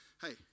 Hey